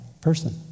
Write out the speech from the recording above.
person